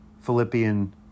Philippian